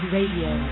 Radio